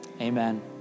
amen